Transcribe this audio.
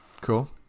cool